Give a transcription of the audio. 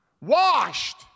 washed